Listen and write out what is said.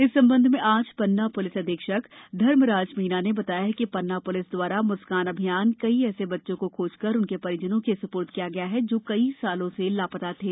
इस संबंध में आज पन्ना प्लिस अधीक्षक धर्मराज मीना ने बताया कि पन्ना प्लिस द्वारा म्स्कान अभियान कई ऐसे बच्चों को खोजकर उनके परिजनो के स्प्र्द किया गया है जो कई सालों से लापता थे